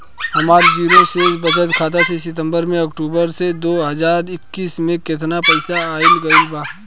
हमार जीरो शेष बचत खाता में सितंबर से अक्तूबर में दो हज़ार इक्कीस में केतना पइसा आइल गइल बा?